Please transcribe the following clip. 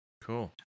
Cool